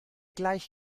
gleich